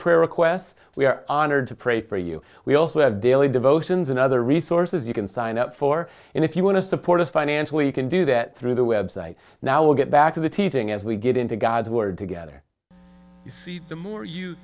prayer request we are honored to pray for you we also have daily devotions and other resources you can sign up for and if you want to support us financially you can do that through the website now get back to the teaching as we get into god's word together you see the more you